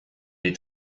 des